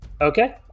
Okay